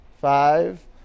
Five